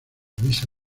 mesa